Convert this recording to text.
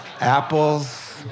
Apples